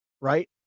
right